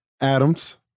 Adams